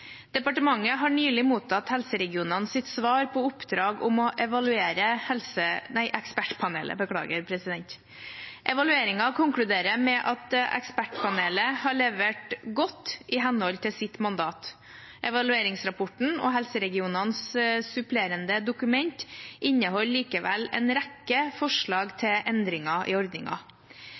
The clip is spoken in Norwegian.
Departementet har nylig mottatt helseregionenes svar på oppdrag om å evaluere Ekspertpanelet. Evalueringen konkluderer med at Ekspertpanelet har levert godt i henhold til sitt mandat. Evalueringsrapporten og helseregionenes supplerende dokument inneholder likevel en rekke forslag til endringer i